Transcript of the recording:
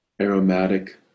aromatic